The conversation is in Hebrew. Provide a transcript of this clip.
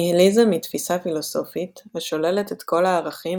ניהיליזם היא תפיסה פילוסופית השוללת את כל הערכים